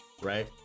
right